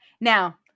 now